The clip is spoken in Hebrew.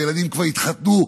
והילדים כבר התחתנו,